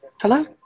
Hello